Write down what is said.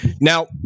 Now